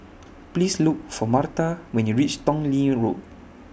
Please Look For Marta when YOU REACH Tong Lee Road